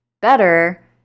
better